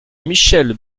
michèle